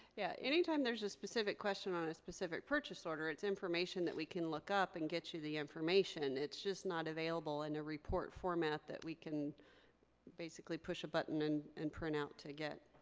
yeah, anytime there's a specific question on a specific purchase order, it's information that we can look up and get you the information. it's just not available in and a report format that we can basically push a button and and print out to get.